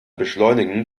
beschleunigen